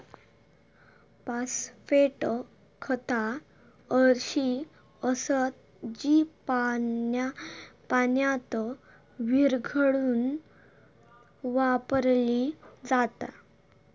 phosphate खता अशी असत जी पाण्यात विरघळवून वापरली जातत